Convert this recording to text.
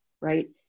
right